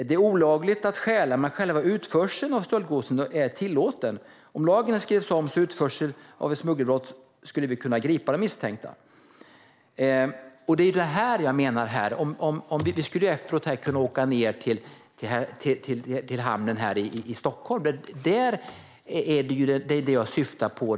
Det är olagligt att stjäla men själva utförseln av stöldgods är tillåten. Om lagen skrevs om så att utförsel blev ett smugglingsbrott skulle vi kunna gripa de misstänkta." Det är detta jag menar. Vi skulle efter debatten kunna åka ned till hamnen i Stockholm och se det jag syftar på.